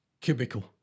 cubicle